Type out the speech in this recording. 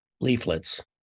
leaflets